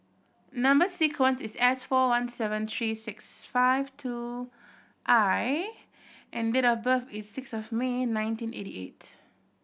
number sequence is S four one seven three six five two I and date of birth is six of May nineteen eighty eight